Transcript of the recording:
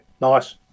nice